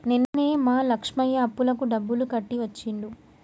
నిన్ననే మా లక్ష్మయ్య అప్పులకు డబ్బులు కట్టి వచ్చిండు